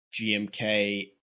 GMK